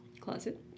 closet